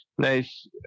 nice